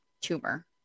tumor